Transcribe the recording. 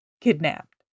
kidnapped